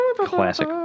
Classic